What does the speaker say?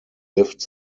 lived